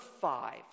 five